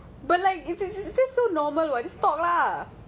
but like it it's just so normal what just talk lah